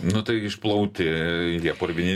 nu tai išplauti jie purvini